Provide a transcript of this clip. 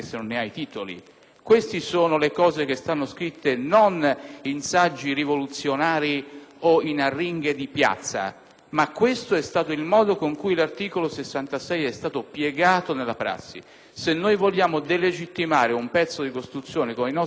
Questo è quanto scritto non in saggi rivoluzionari o in arringhe di piazza, eppure questo è stato il modo con cui l'articolo 66 è stato piegato nella prassi. Se noi vogliamo delegittimare un pezzo di Costituzione con i nostri comportamenti